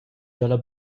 dalla